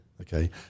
okay